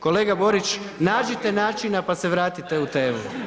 Kolega Borić nađite načina pa se vratite u temu.